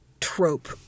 trope